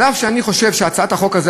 אף שאני חושב שהצעת החוק הזו,